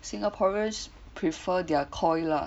Singaporeans prefer their Koi lah